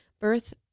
birth